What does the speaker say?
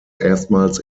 erstmals